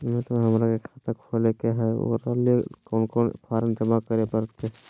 Madam, हमरा के खाता खोले के है उकरा ले कौन कौन फारम जमा करे परते?